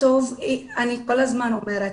אני כל הזמן אומרת,